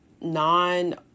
non-